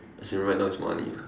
as it right now it's money ah